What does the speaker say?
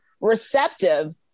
receptive